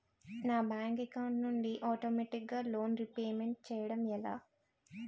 నా bank account నుండి ఆటోమేటిగ్గా లోన్ రీపేమెంట్ చేయడం ఎలా?